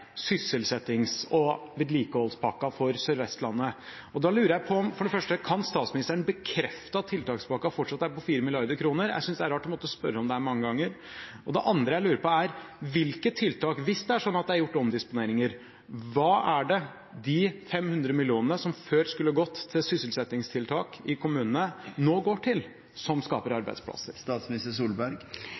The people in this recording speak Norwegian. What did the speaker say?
sysselsettings- og vedlikeholdspakken for Sør-Vestlandet. Da lurer jeg for det første på: Kan statsministeren bekrefte at tiltakspakken fortsatt er på 4 mrd. kr.? Jeg synes det er rart å måtte spørre om dette mange ganger. Det andre jeg lurer på, er: Hvis det er sånn at det er gjort omdisponeringer, hva er det de 500 millionene som før skulle gått til sysselsettingstiltak i kommunene, nå går til som skaper arbeidsplasser?